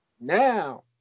now